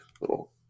little